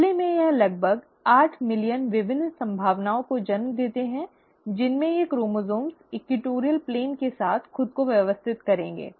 बदले में यह लगभग आठ मिलियन विभिन्न संभावनाओं को जन्म देते हैं जिसमें ये क्रोमोसोम्स ईक्वटॉरीअल प्लेन के साथ खुद को व्यवस्थित करेंगे